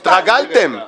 התרגלתם.